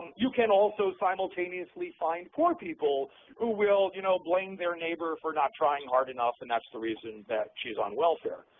you can also simultaneously find poor people who will, you know blame their neighbor for not trying hard enough and that's the reason that she's on welfare.